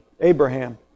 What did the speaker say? Abraham